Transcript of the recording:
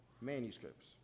manuscripts